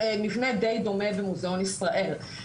במבנה די דומה במוזיאון ישראל,